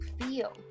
feel